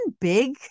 big